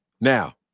Now